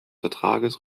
vertrages